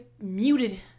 muted